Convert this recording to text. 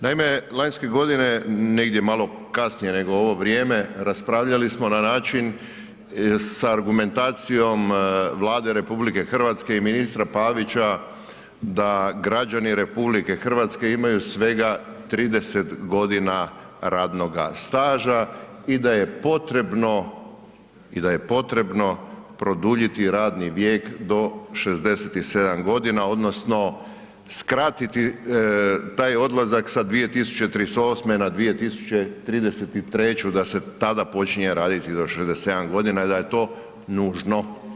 Naime, lanjske godine, negdje malo kasnije nego ovo vrijeme, raspravljali smo na način sa argumentacijom Vlade RH i ministra Pavića da građani RH imaju svega 30 g. radnoga staža i da je potrebno produljiti radni vijek do 67 g. odnosno skratiti taj odlazak sa 2038. na 2033. da ste tada počinje raditi do 67 g. i da je to nužno.